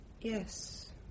Yes